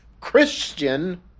Christian